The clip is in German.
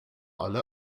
alle